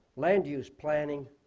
land use planning,